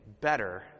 better